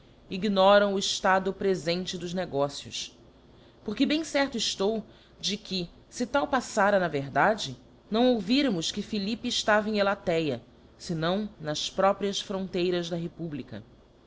ignoram o eftado prefente dos negócios porque bem certo eftou de que fe tal paflara na verdade não ouvíramos que philippe eftava em elatéa fenão nas próprias fronteiras da republica